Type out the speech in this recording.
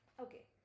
Okay